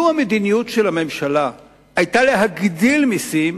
לו מדיניות הממשלה היתה להגדיל מסים,